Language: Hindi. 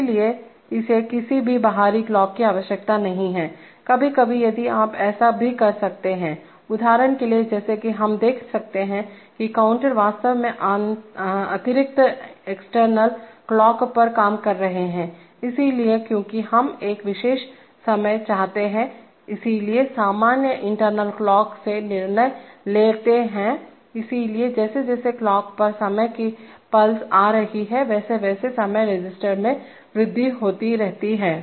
इसलिए इसे किसी भी बाहरी क्लॉक की आवश्यकता नहीं है कभी कभी यदि आप ऐसा भी कर सकते हैं उदाहरण के लिए जैसा कि हम देख सकते हैं कि काउंटर वास्तव में अतिरिक्त एक्सटर्नल क्लॉक पर काम कर रहे हैं इसलिए क्योंकि हम एक विशेष समय चाहते हैं इसलिए सामान्य इंटरनल क्लॉक से निर्णय लेते हैं इसलिए जैसे जैसे क्लॉक पर समय की पल्स आ रही है वैसे वैसे समय रजिस्टर में वृद्धि होती रहती है